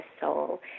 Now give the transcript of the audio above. soul